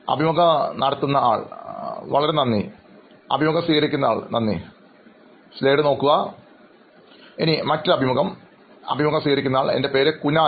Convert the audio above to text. അഭിമുഖം നടത്തുന്നയാൾ ഇവിടെ സമാഹരിക്കുന്നു വളരെ നന്ദി അഭിമുഖം സ്വീകരിക്കുന്നയാൾ നന്ദി അഭിമുഖം സ്വീകരിക്കുന്നയാൾ എൻറെ പേര് കുനാൽ